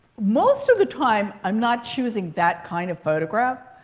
most of the time, i'm not choosing that kind of photograph.